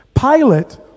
Pilate